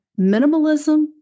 minimalism